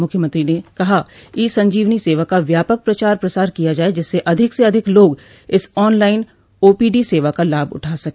मुख्यमंत्री ने कहा ई संजीवनी सेवा का व्यापक प्रचार प्रसार किया जाये जिससे अधिक से अधिक लोग इस ऑन लाइन ओपीडी सेवा का लाभ उठा सके